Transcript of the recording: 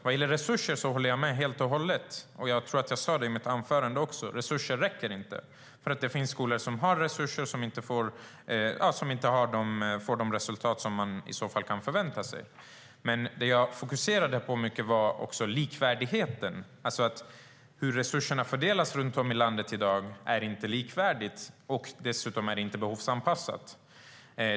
Vad gäller resurser håller jag med helt och hållet. Jag tror att jag sa i mitt anförande att det inte räcker med resurser. Det finns skolor som har resurser men inte får de resultat som man kan förvänta sig. Men något jag fokuserade mycket på var också likvärdigheten. Resurserna fördelas inte likvärdigt runt om i landet i dag, och dessutom är det inte behovsanpassat.